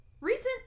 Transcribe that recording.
recent